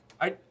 I-